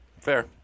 Fair